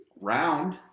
Round